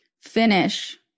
finish